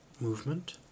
movement